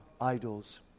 idols